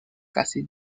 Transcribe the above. casi